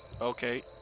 Okay